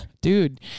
dude